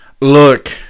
look